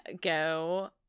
go